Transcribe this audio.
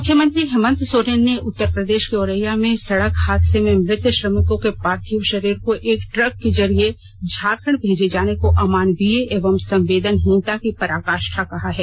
मुख्यमंत्री हेमन्त सोरेन ने उत्तर प्रदेश के ओरैया में सड़क हादसे में मृत श्रमिकों के पार्थिव शरीर को एक ट्रक के जरिये झारखण्ड भेजे जाने को अमानवीय एवं संवेदनहीनता की पराकाष्ठा कहा है